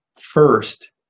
first